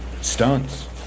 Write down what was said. stunts